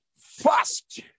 fast